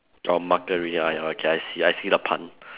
orh I okay I see I see the pun